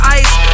ice